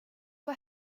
vad